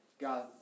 God